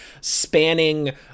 spanning